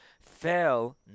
fell